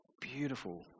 Beautiful